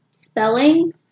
spelling